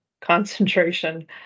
concentration